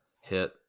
hit